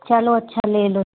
चलो अच्छा ले लो